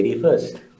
first